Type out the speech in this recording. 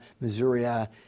Missouri